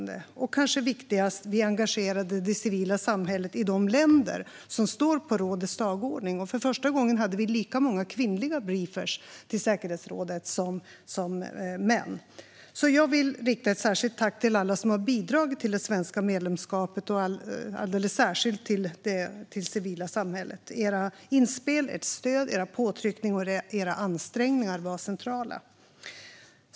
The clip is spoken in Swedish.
Det kanske viktigaste var att vi engagerade det civila samhället i de länder som står på rådets dagordning. För första gången hade vi lika många kvinnliga briefers till säkerhetsrådet som manliga. Jag vill rikta ett särskilt tack till alla som bidragit till det svenska medlemskapet och alldeles särskilt till det civila samhället - era inspel, ert stöd, era påtryckningar och era ansträngningar var centrala.